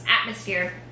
atmosphere